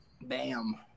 Bam